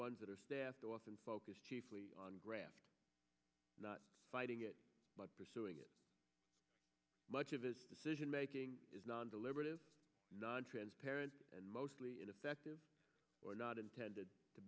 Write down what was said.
ones that are staffed often focus chiefly on graham not fighting it but pursuing it much of his decision making is not a deliberative nontransparent and mostly ineffective or not intended to